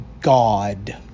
God